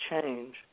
change